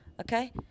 okay